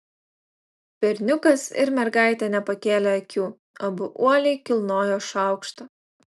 berniukas ir mergaitė nepakėlė akių abu uoliai kilnojo šaukštą